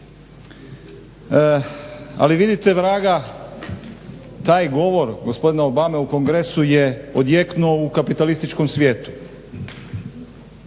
Ali vidite vraga taj govor gospodina Obame u Kongresu je odjeknuo u kapitalističkom svijetu